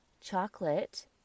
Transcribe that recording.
Chocolate